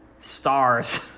stars